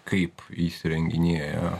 kaip įsirenginėja